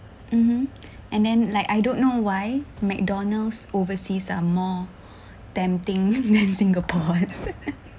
mmhmm and then like I don't know why macdonalds overseas are more tempting than singapore